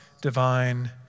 divine